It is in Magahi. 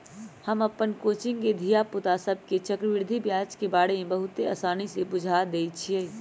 हम अप्पन कोचिंग के धिया पुता सभके चक्रवृद्धि ब्याज के बारे में बहुते आसानी से बुझा देइछियइ